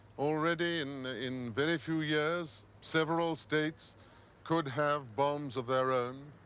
already in in very few years several states could have bombs of their own,